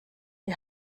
die